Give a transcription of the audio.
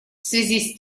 связи